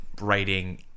writing